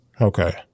Okay